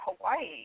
Hawaii